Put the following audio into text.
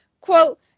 Quote